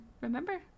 remember